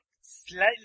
slightly